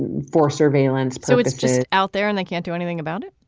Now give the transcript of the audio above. and for surveillance so it's just out there and they can't do anything about it